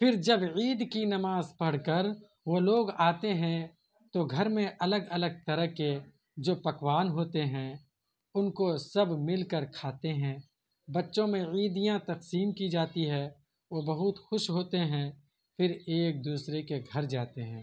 پھر جب عید کی نماز پڑھ کر وہ لوگ آتے ہیں تو گھر میں الگ الگ طرح کے جو پکوان ہوتے ہیں ان کو سب مل کر کھاتے ہیں بچوں میں عیدیاں تقیسم کی جاتی ہے وہ بہت خوش ہوتے ہیں پھر ایک دوسرے کے گھر جاتے ہیں